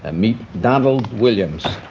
ah meet donald williams